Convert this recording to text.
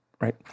right